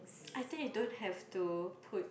I think you don't have to put